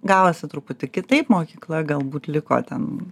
gavosi truputį kitaip mokykla galbūt liko ten